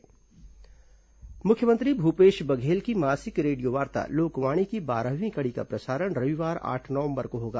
लोकवाणी मुख्यमंत्री भूपेश बघेल की मासिक रेडियोवार्ता लोकवाणी की बारहवीं कड़ी का प्रसारण रविवार आठ नवंबर को होगा